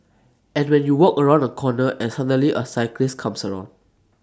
and when you walk around A corner and suddenly A cyclist comes around